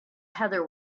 heather